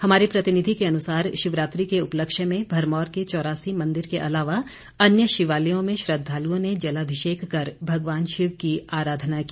हमारे प्रतिनिधि के अनुसार शिवरात्रि के उपलक्ष्य में भरमौर के चौरासी मंदिर के अलावा अन्य शिवालयों में श्रद्धालुओं ने जलाभिषेक कर भगवान शिव की अराधना की